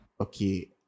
Okay